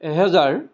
এহেজাৰ